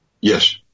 Yes